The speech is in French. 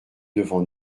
devant